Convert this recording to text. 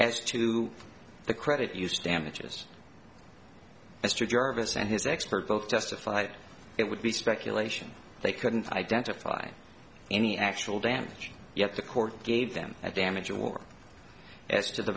who the credit used damages mr jarvis and his expert both testified it would be speculation they couldn't identify any actual damage yet the court gave them a damage award as to the